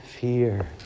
fear